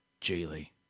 Jaylee